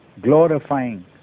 glorifying